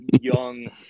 young